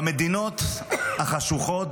במדינות החשוכות,